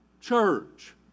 Church